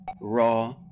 Raw